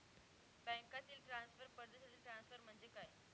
बँकांतील ट्रान्सफर, परदेशातील ट्रान्सफर म्हणजे काय?